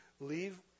leave